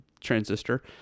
Transistor